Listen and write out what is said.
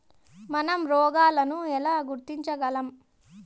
మనం రోగాలను ఎలా గుర్తించగలం?